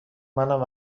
منم